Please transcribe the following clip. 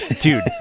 dude